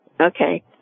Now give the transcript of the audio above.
okay